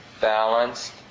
balanced